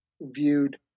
viewed